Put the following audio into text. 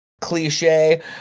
cliche